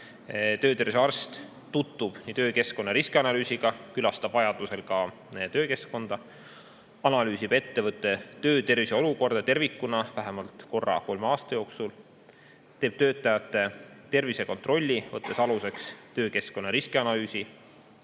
töötervishoiuarst tutvub töökeskkonna riskianalüüsiga, külastab vajadusel ka töökeskkonda, analüüsib ettevõtte töötervishoiu olukorda tervikuna vähemalt korra kolme aasta jooksul, teeb töötajate tervisekontrolli, võttes aluseks töökeskkonna riskianalüüsi,